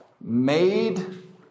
made